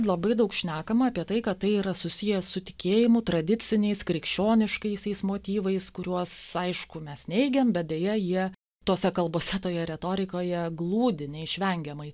labai daug šnekama apie tai kad tai yra susiję su tikėjimu tradiciniais krikščioniškaisiaisiais motyvais kuriuos aišku mes neigiam bet deja jie tose kalbose toje retorikoje glūdi neišvengiamai